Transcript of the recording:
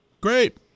Great